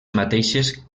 mateixes